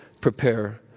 prepare